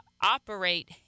operate